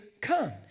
come